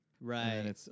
Right